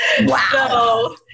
Wow